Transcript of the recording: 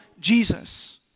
Jesus